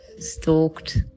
stalked